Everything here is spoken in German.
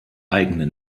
eigene